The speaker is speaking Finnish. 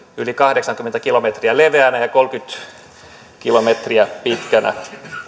yli kahdeksankymmentä kilometriä leveänä ja kolmekymmentä kilometriä pitkänä